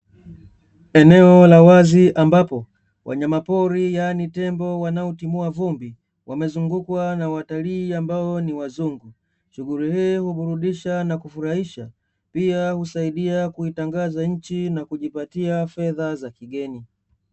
Eneo la wazi ambapo wanyama pori yaani tembo wanaotimua vumbi wamezungukwa na watalii ambao ni wazungu. Shughuli hii huburudisha na kufurahisha pia husaidia kuitangaza nchi na kujipatia fedha za kigeni.